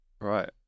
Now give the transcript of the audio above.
right